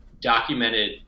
documented